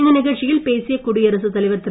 இந்த நிகழ்ச்சியில் பேசிய குடியரசுத் தலைவர் திரு